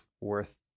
worth